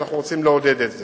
ואנחנו רוצים לעודד את זה.